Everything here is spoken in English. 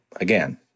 again